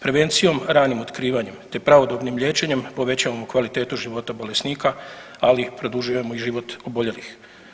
Prevencijom, ranim otkrivanjem, te pravodobnim liječenjem povećavamo kvalitetu života bolesnika, ali produžujemo i život oboljelih.